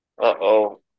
Uh-oh